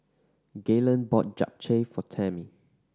Gaylen bought Japchae for Tammy